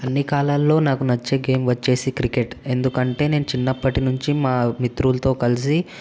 అన్ని కాలాల్లో నాకు నచ్చే గేమ్ వచ్చేసి క్రికెట్ ఎందుకంటే నేను చిన్నప్పటి నుంచి మా మిత్రులతో కలిసి